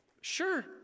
sure